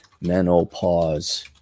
menopause